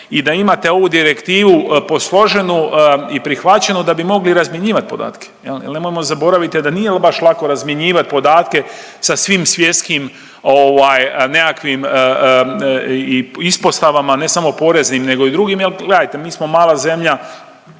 i da imate ovu direktivu posloženu i prihvaćenu da bi mogli razmjenjivat podatke jel, jel nemojmo zaboraviti da nije ovo baš lako razmjenjivat podatke sa svim svjetskim ovaj nekakvim ispostavama, ne samo poreznim nego i drugim jel gledajte mi smo mala zemlja,